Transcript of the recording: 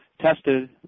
tested